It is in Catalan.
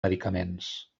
medicaments